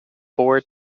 four